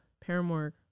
Paramore